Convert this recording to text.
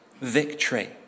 victory